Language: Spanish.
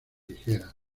ligeras